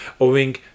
owing